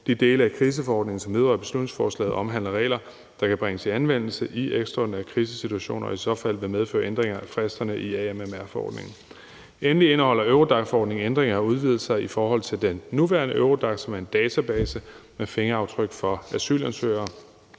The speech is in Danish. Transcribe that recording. De dele af kriseforordningen, som vedrører beslutningsforslaget, omhandler regler, der kan bringes i anvendelse i ekstraordinære krisesituationer og i så fald vil medføre ændringer af fristerne i AMMR-forordningen. Endelig indeholder Eurodac-forordningen ændringer og udvidelser i forhold til den nuværende Eurodac, som er en database med fingeraftryk fra asylansøgere.